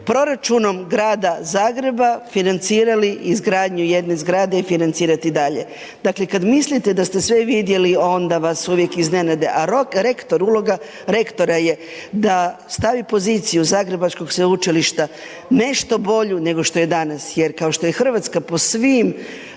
proračunom Grada Zagreba financiranje izgradnju jedne zgrade i financirate i dalje. Dakle, kada mislite da ste sve vidjeli, onda vas uvijek iznenade, a rektor, uloga rektora je da stavi poziciju Zagrebačkog sveučilišta, nešto bolju nego što je danas, jer kao što je Hrvatska po svim